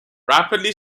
rapidly